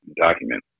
document